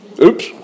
Oops